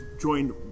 joined